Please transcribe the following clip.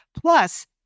plus